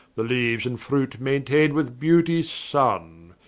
the leaues and fruit maintain'd with beauties sunne,